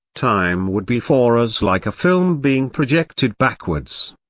time would be for us like a film being projected backwards.